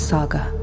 Saga